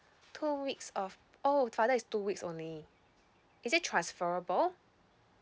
two weeks of oh father is two weeks only is it transferable